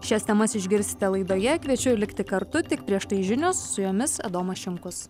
šias temas išgirsite laidoje kviečiu likti kartu tik prieš tai žinios su jomis adomas šimkus